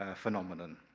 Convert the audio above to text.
ah phenomenon.